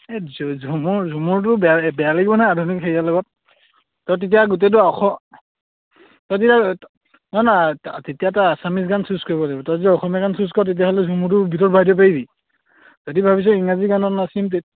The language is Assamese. এই ঝুমুৰ ঝুমুৰটো বেয়া বেয়া লাগিব নহয় আধুনিক হেৰিয়াৰ লগত ত' তেতিয়া গোটেইটো অস ত' তেতিয়া নহয় নহয় তেতিয়াতো আছামিজ গান চ্য়ুজ কৰিব লাগিব তই যদি অসমীয়া গান চ্য়ুজ কৰ তেতিয়াহ'লে ঝুমুৰটো ভিতৰত ভৰাই দিব পাৰিবি যদি ভাবিছ ইংৰাজী গানত নাচিম তে